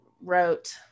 wrote